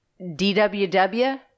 DWW